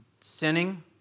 sinning